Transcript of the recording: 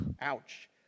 Ouch